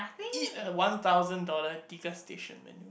eat a one thousand dollar degustation menu